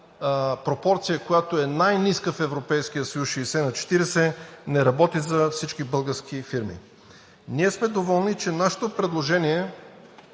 пропорция, която е най-ниска в Европейския съюз – 60/40, не работи за всички български фирми. Ние сме доволни, че нашето предложение